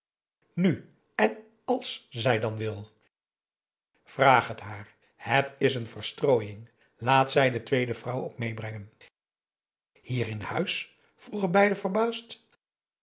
nu en als zij dan wil vraag het haar het is een verstrooiing laat zij de tweede vrouw ook meebrengen hier in huis vroegen beiden verbaasd